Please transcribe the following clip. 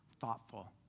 thoughtful